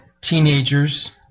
teenagers